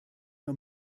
nur